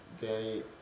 Danny